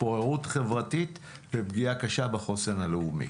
התפוררות חברתית ופגיעה קשה בחוסן הלאומי.